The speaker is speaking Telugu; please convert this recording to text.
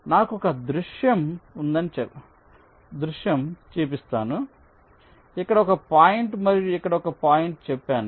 నాకు ఒక దృశ్యం ఉందని చెప్పండి ఇక్కడ ఒక పాయింట్ మరియు ఇక్కడ ఒక పాయింట్ చెప్పాను